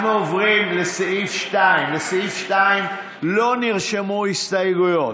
אנחנו עוברים לסעיף 2. לסעיף 2 לא נרשמו הסתייגויות.